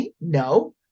no